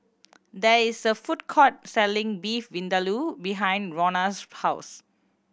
there is a food court selling Beef Vindaloo behind Rhona's house